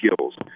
skills